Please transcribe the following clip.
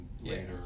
later